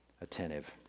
attentive